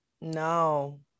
No